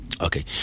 Okay